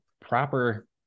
proper